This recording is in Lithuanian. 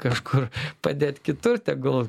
kažkur padėt kitur tegul